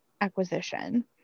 acquisition